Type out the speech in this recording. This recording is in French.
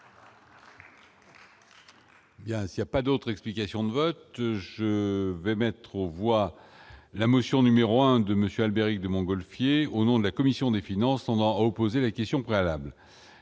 y a, il y a pas d'autre explication de vote, je vais mettre aux voix la motion numéro 1 de monsieur Albéric de Montgolfier, au nom de la commission des finances, on aura opposer la question préalable,